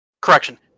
Correction